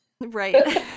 Right